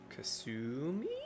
Kasumi